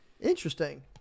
Interesting